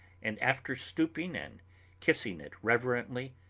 and, after stooping and kissing it reverently,